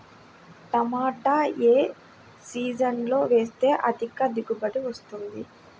టమాటా ఏ సీజన్లో వేస్తే అధిక దిగుబడి వస్తుంది?